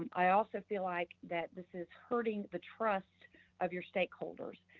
i also feel like that this is hurting the trust of your stakeholders.